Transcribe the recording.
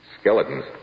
Skeletons